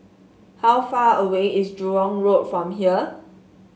how far away is Jurong Road from here